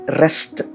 rest